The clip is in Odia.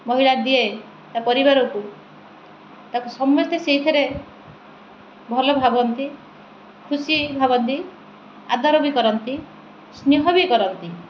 ମହିଳା ଦିଏ ତା ପରିବାରକୁ ତାକୁ ସମସ୍ତେ ସେଇଥିରେ ଭଲ ଭାବନ୍ତି ଖୁସି ଭାବନ୍ତି ଆଦର ବି କରନ୍ତି ସ୍ନେହ ବି କରନ୍ତି